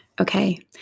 Okay